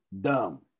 dumb